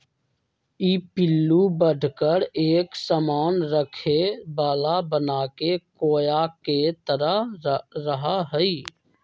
ई पिल्लू बढ़कर एक सामान रखे वाला बनाके कोया के तरह रहा हई